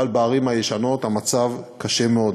אבל בערים הישנות המצב קשה מאוד.